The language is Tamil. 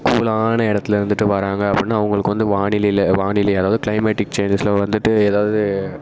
கூலான இடத்துல இருந்துவிட்டு வராங்க அப்படின்னா அவங்களுக்கு வந்து வானிலையில வானிலை அதாவது க்ளைமேட்டிக் சேஞ்சஸில் வந்துவிட்டு ஏதாவது